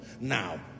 now